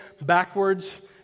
backwards